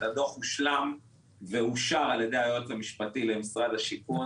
והמידע של הכנסת: הדוח הושלם ואושר על ידי היועץ המשפטי למשרד השיכון,